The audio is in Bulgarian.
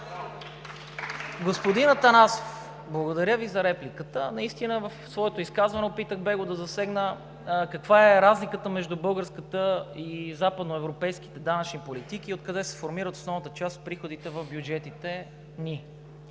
Господин Атанасов, благодаря Ви за репликата. Наистина в своето изказване опитах бегло да засегна каква е разликата между българската и западноевропейските данъчни политики и откъде се формира основната част от приходите в бюджетите ни.